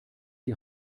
die